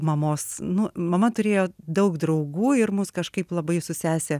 mamos nu mama turėjo daug draugų ir mus kažkaip labai su sese